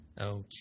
Okay